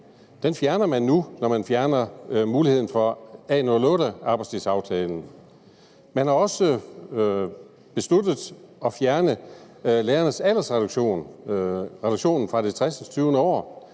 Den fjerner man nu, når man fjerner muligheden for A 08-arbejdstidsaftalen. Man har også besluttet at fjerne lærernes aldersreduktion, reduktionen fra